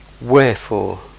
Wherefore